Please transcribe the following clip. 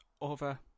over